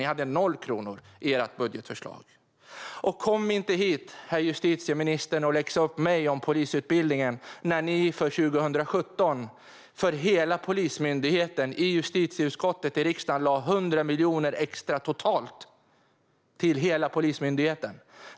Ni hade noll kronor i ert budgetförslag. Kom inte hit, herr justitieminister, och läxa upp mig om polisutbildningen när ni för 2017 för hela Polismyndigheten i justitieutskottet i riksdagen föreslog 100 miljoner extra totalt till hela Polismyndigheten.